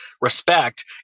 respect